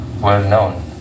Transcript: well-known